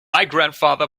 greatgrandfather